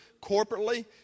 corporately